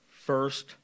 first